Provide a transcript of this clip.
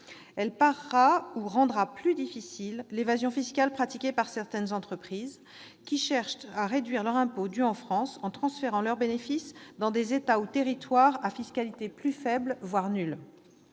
Elle parera ou rendra plus difficile l'évasion fiscale pratiquée par certaines entreprises qui cherchent à réduire leur impôt dû en France en transférant leurs bénéfices dans des États ou territoires à fiscalité plus faible, voire nulle.